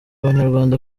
abanyarwanda